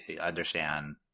understand